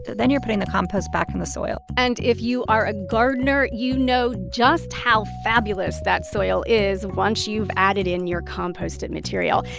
then you're putting the compost back in the soil and if you are a gardener, you know just how fabulous that soil is once you've added in your composted material.